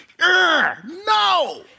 no